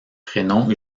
prénoms